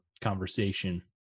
conversation